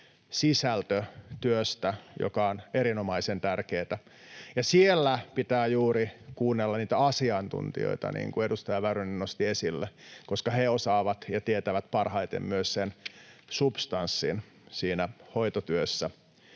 sisältötyöstä, joka on erinomaisen tärkeätä. Siellä pitää juuri kuunnella niitä asiantuntijoita, niin kuin edustaja Väyrynen nosti esille, koska he osaavat ja tietävät parhaiten myös sen substanssin siinä hoitotyössä